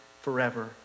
forever